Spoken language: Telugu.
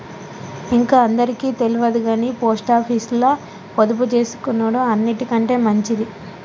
ఇంక అందరికి తెల్వదుగని పోస్టాపీసుల పొదుపుజేసుకునుడు అన్నిటికంటె మంచిది